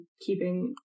keeping